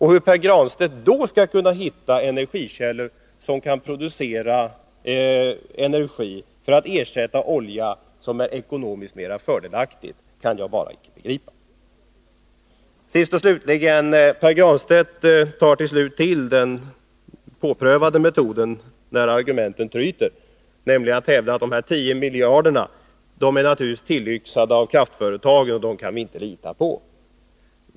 Hur Pär Granstedt då skall kunna hitta energikällor som ekonomiskt mera fördelaktigt kan producera energi för att ersätta olja kan jag bara inte begripa. Slutligen: Pär Granstedt tillgriper till sist en beprövad metod när argumenten tryter, nämligen att hävda att beloppet 10 miljarder naturligtvis är tillyxat av kraftföretagen och att man inte kan lita på det.